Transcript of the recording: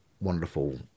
wonderful